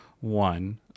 one